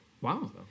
Wow